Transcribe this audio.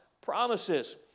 promises